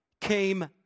came